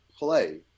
Play